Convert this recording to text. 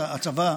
הצבא,